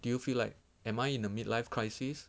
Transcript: do you feel like am I in the mid life crisis